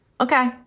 okay